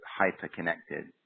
hyper-connected